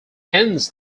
hence